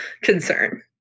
concern